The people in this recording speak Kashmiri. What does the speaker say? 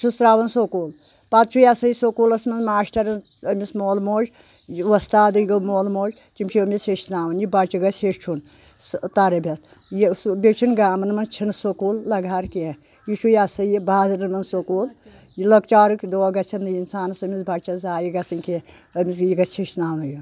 چھِس ترٛاوان سکوٗل پتہٕ چھُ یہِ سا یہِ سکوٗلس منٛز ماشٹَر أمِس مول موج یہِ وۄستادٕے گوٚو مول موج تِم چھِ أمِس ہیٚچھناوان یہِ بَچہِ گژھِ ہیٚچھُن سہ تَربِیَت یہِ بیٚیہِ چھُنہٕ گامَن منٛز چھنہٕ سکوٗل لگٕہَار کینٛہہ یہِ چھُ یہِ سا یہِ بازرَن منٛز سکوٗل یہِ لۄکچارٕکۍ دۄہ گژھَن نہٕ انسانس أمِس بَچس ضایہِ گژھٕنۍ کینٛہہ أمِس یہِ گژھِ ہیٚچھناونہٕ یُن